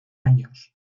años